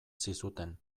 zizuten